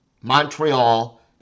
montreal